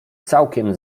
całkiem